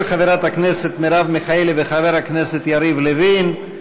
של חברת הכנסת מרב מיכאלי וחבר הכנסת יריב לוין,